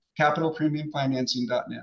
Capitalpremiumfinancing.net